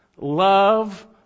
Love